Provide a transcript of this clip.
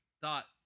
thought